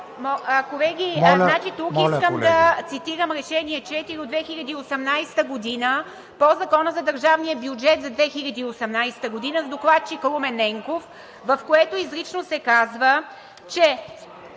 Колеги, тук искам да цитирам Решение № 4 от 2018 г. по Закона за държавния бюджет за 2018 г. с докладчик Румен Ненков, в което изрично се казва, че